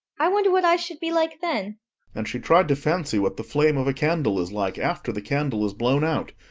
i wonder what i should be like then and she tried to fancy what the flame of a candle is like after the candle is blown out,